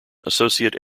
associate